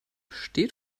steht